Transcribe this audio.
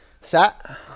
Sat